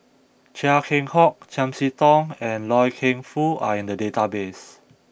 Chia Keng Hock Chiam See Tong and Loy Keng Foo are in the database